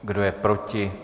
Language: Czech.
Kdo je proti?